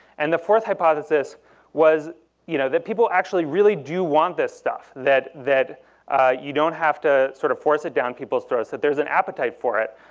and the fourth hypothesis was you know people actually really do want this stuff, that that you don't have to sort of force it down people's throats, that there's an appetite for it,